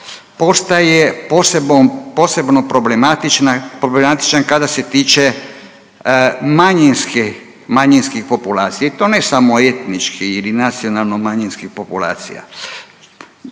postaje posebno problematičan kada se tiče manjinske, manjinske populacije i to ne samo etnički ili nacionalno manjinskih populacija